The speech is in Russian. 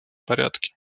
порядке